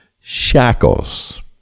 shackles